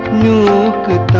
new ce